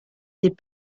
des